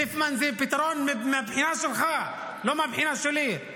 ריפמן זה פתרון מהבחינה שלך, לא מהבחינה שלי.